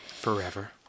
forever